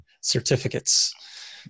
Certificates